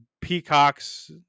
Peacock's